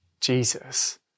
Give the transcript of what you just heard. Jesus